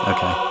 Okay